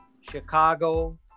Chicago